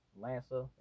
Lancer